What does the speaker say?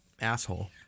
asshole